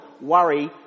worry